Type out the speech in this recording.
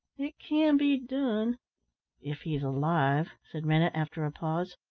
it can be done if he's alive, said rennett after a pause.